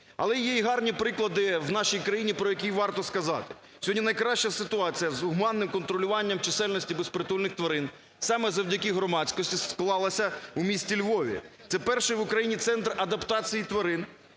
Але є і гарні приклади в нашій країні, про які варто сказати. Сьогодні найкраща ситуація з гуманним контролюванням чисельності безпритульних тварин саме завдяки громадськості склалася в місті Львові. Це перший в Україні центр адаптації тварин,